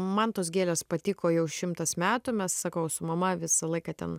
man tos gėlės patiko jau šimtas metų mes sakau su mama visą laiką ten